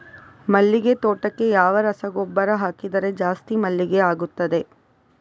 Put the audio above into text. ಮಲ್ಲಿಗೆ ತೋಟಕ್ಕೆ ಯಾವ ರಸಗೊಬ್ಬರ ಹಾಕಿದರೆ ಜಾಸ್ತಿ ಮಲ್ಲಿಗೆ ಆಗುತ್ತದೆ?